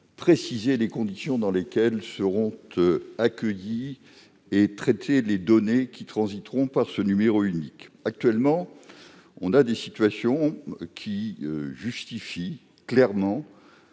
précisant les conditions dans lesquelles seront accueillies et traitées les données transitant par ce numéro unique. Actuellement, des situations justifient clairement